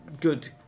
good